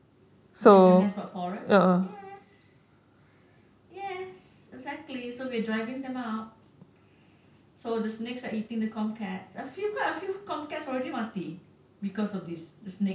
less and less what forest yes yes exactly so we are driving them out so the snakes are eating the com cats already quite a few com cats already mati because of these the snake pernah ada satu ga~ ada satu gambar ada satu gambar yang snake tu yang snake tu tengah com cat dekat depan dekat mak news ah snake com cat ah